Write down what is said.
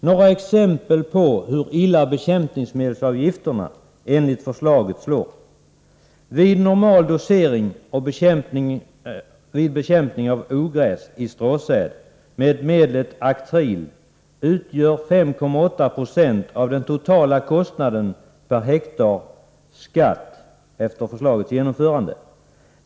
Några exempel på hur illa bekämpningsmedelsavgifterna enligt förslaget slår är dessa: Vid normal dosering vid bekämpning av ogräs i stråsäd med medlet Aktril kommer 5,8 Zo av den totala kostnaden per hektar efter förslagets genomförande att utgöra skatt.